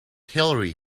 hillary